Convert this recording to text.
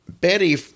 Betty